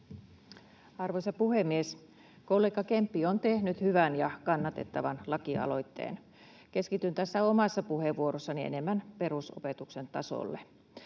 Arvoisa puhemies! Kollega Kemppi on tehnyt hyvän ja kannatettavan lakialoitteen. Keskityn tässä omassa puheenvuorossani enemmän perusopetuksen tasolle.